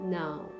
now